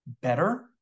better